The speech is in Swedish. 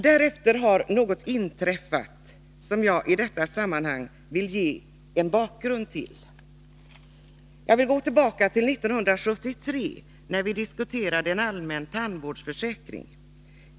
Därefter har något inträffat, som jag i detta sammanhang vill ge en bakgrund till. Jag vill gå tillbaka till 1973, när vi diskuterade en allmän tandvårdsförsäkring.